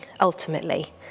ultimately